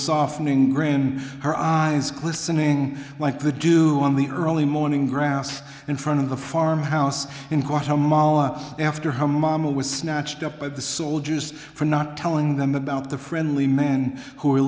softening grande her eyes glistening like the do on the early morning grass in front of the farmhouse in guatemala after her mama was snatched up by the soldiers for not telling them about the friendly men who